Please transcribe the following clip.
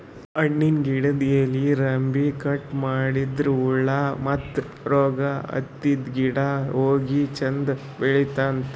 ಹಣ್ಣಿನ್ ಗಿಡದ್ ಎಲಿ ರೆಂಬೆ ಕಟ್ ಮಾಡದ್ರಿನ್ದ ಹುಳ ಮತ್ತ್ ರೋಗ್ ಹತ್ತಿದ್ ಗಿಡ ಹೋಗಿ ಚಂದ್ ಬೆಳಿಲಂತ್